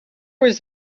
was